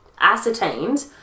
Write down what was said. ascertained